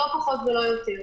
לא פחות ולא יותר.